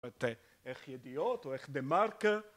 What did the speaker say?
את איך ידיעות או איך דה מרקר